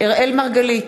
אראל מרגלית,